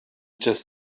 just